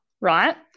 right